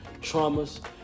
traumas